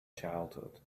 childhood